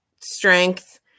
strength